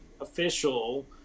official